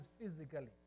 physically